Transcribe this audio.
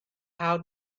how